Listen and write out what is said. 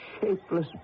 shapeless